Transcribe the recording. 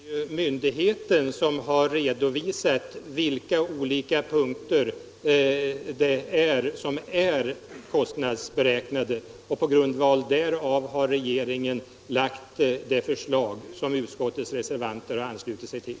Herr talman! Myndigheten har redovisat vilka olika punkter som är kostnadsberäknade och på grundval därav har regeringen sedan lagt fram ett förslag som utskottets reservanter har anslutit sig till.